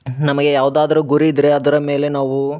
ನಮಗೆ ಯಾವುದಾದ್ರೂ ಗುರಿ ಇದ್ದರೆ ಅದರ ಮೇಲೆ ನಾವು